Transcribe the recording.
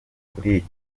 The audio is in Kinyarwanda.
kuri